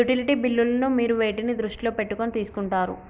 Utility బిల్లులను మీరు వేటిని దృష్టిలో పెట్టుకొని తీసుకుంటారు?